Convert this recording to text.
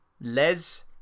Les